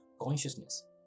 consciousness